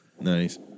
Nice